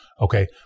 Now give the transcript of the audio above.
Okay